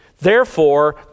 Therefore